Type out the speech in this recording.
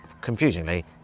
confusingly